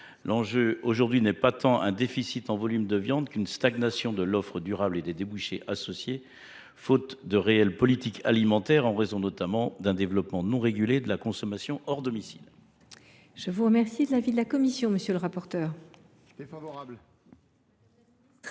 l’enjeu n’est pas tant un déficit en volume de viande qu’une stagnation de l’offre durable et des débouchés associés, faute d’une réelle politique alimentaire et en raison d’un développement non régulé de la consommation hors domicile.